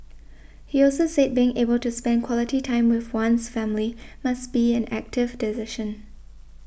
he also said being able to spend quality time with one's family must be an active decision